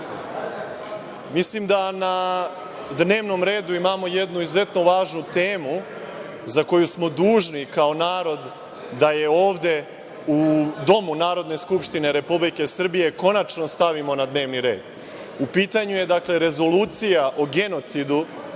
da na dnevnom redu imamo jednu izuzetno važnu temu za koju smo dužni kao narod da je ovde, u Domu Narodne skupštine Republike Srbije, konačno stavimo na dnevni red.U pitanju je, dakle, Rezolucija o genocidu